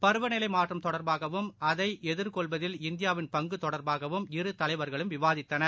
பருவநிலைமாற்றம் தொடர்பாகவும் அதைஎதிர்கொள்வதில் இந்தியாவின் பங்குதொடர்பாகவும் இரு தலைவர்களும் விவாதித்தனர்